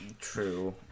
True